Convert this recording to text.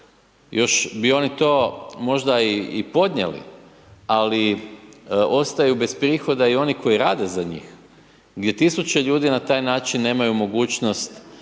još bi oni to možda i podnijeli, ali ostaju bez prihoda i oni koji rade za njih, gdje tisuće ljudi na taj način nemaju mogućnost